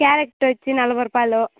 carrot వచ్చేసి నలభై రూపాయలు